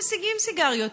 הם משיגים סיגריות.